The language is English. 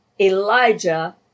Elijah